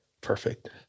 perfect